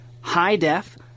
high-def